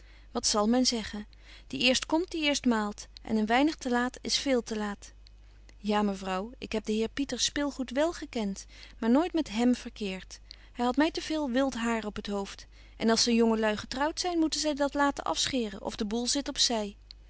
wat zal men zeggen die eerst komt die eerst maalt en een weinig te laat is veel te laat ja mevrouw ik heb den heer pieter spilgoed wel gekent maar nooit met hém verkeert hy hadt my te veel wilt hair op t hoofd en als de jonge lui getrouwt zyn moeten zy dat laten afscheeren of de boel zit op